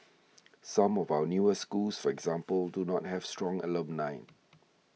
some of our newer schools for example do not have strong alumni